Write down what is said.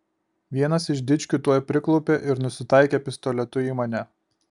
vienas iš dičkių tuoj priklaupė ir nusitaikė pistoletu į mane